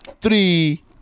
Three